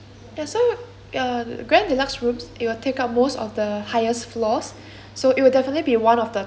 ya grand deluxe rooms it will take up most of the highest floors so it would definitely be one of the top floors